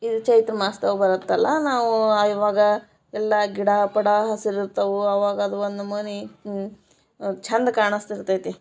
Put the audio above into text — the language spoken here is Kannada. ಇದು ಚೈತ್ರಮಾಸ್ದ ಒಳಗೆ ಬರುತ್ತಲ್ಲ ನಾವು ಇವಾಗ ಎಲ್ಲ ಗಿಡ ಪಡ ಹಸ್ರು ಇರ್ತವೆ ಆವಾಗ ಅದು ಒಂದು ನಮೂನಿ ಚೆಂದ ಕಾಣಿಸ್ತಿರ್ತೈತೆ